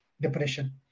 depression